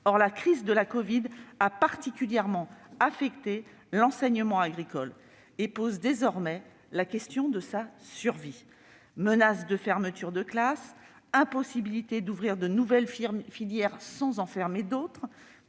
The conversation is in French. Or la crise de la covid a particulièrement affecté l'enseignement agricole et pose désormais la question de sa survie. Menaces de fermetures de classe, impossibilité d'ouvrir de nouvelles filières sans en fermer d'autres,